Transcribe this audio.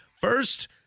first